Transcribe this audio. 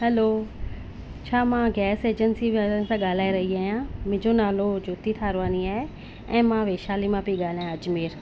हलो छा मां gas agency वारनि सां ॻाल्हाए रही आहियां मुंहिंजो नालो जोती थारवानी आहे ऐं मां वैशाली मां पेई ॻाल्हायां अजमेर